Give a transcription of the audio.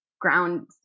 ground